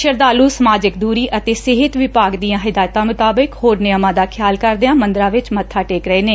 ਸ਼ਰਧਾਲੁ ਸਮਾਜਿਕ ਦੁਰੀ ਅਤੇ ਸਿਹਤ ਵਿਭਾਗ ਦੀਆਂ ਹਦਾਇਤਾਂ ਮੁਤਾਬਕ ਹੋਰ ਨੈਯਮਾਂ ਦਾ ਖਿਆਲ ਕਰਦਿਆਂ ਮੰਦਰਾਂ ਵਿਚ ਮੱਥਾ ਟੇਕ ਰਹੇ ਨੇ